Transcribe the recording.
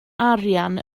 arian